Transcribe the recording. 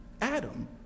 Adam